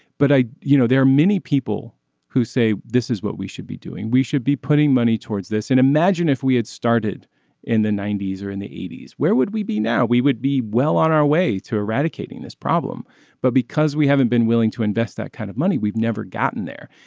but i you know there are many people who say this is what we should be doing we should be putting money towards this and imagine if we had started in the ninety s or in the eighty s where would we be now we would be well on our way to eradicating this problem but because we haven't been willing to invest that kind of money we've never gotten there.